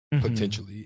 potentially